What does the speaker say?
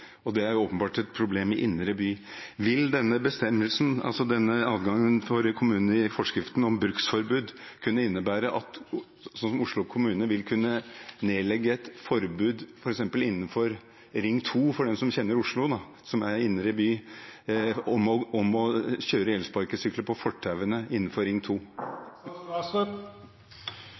og det er åpenbart et problem i indre by. Vil denne bestemmelsen, altså denne adgangen for kommunene i forskriften om bruksforbud, kunne innebære at Oslo kommune f.eks. vil kunne nedlegge et forbud mot å kjøre elsparkesykkel på fortauene innenfor Ring 2 i Oslo, som er indre by? Jeg oppfatter i hvert fall at det gir en mulighet til å